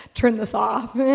turn this off.